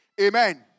Amen